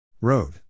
Road